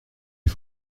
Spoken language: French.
est